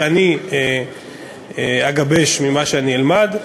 אני אגבש אותה ממה שאני אלמד,